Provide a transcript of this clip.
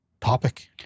topic